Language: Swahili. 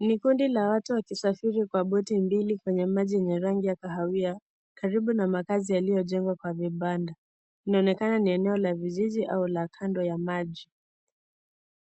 Ni kund la watu wakisafiri kwa boti mbili kwenye maji ya rangi ya kahawia karibu na makazi yaliyojengwa kwa vibanda. Inaonekana ni eneo la kiijiji au la kando ya maji.